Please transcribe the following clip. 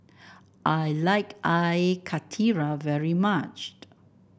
I like Air Karthira very much